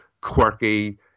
quirky